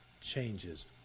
changes